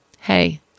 Hey